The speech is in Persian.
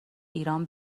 ایران